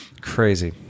Crazy